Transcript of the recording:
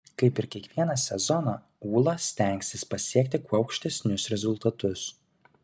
kaip ir kiekvieną sezoną ūla stengsis pasiekti kuo aukštesnius rezultatus